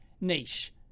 niche